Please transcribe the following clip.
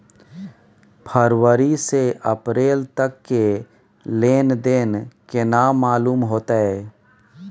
फरवरी से अप्रैल तक के लेन देन केना मालूम होते?